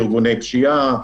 ארגוני פשיעה,